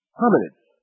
hominids